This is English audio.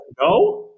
No